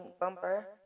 bumper